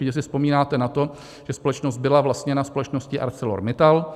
Určitě si vzpomínáte na to, že společnost byla vlastněna společností ArcelorMittal.